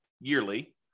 yearly